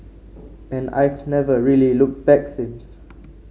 and I've never really looked back since